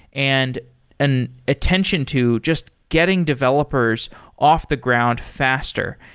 and an attention to just getting developers off the ground faster,